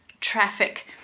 traffic